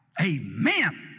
amen